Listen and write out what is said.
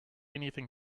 anything